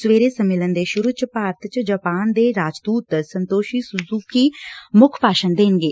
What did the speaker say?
ਸਵੇਰੇ ਸੰਮੇਲਨ ਦੇ ਸੁਰੁ ਚ ਭਾਰਤ ਚ ਜਾਪਾਨ ਦੇ ਰਾਜਦੁਤ ਸੰਤੋਸ਼ੀ ਸੁਜੁਕੀ ਮੁੱਖ ਭਾਸ਼ਣ ਦੇਣਗੇ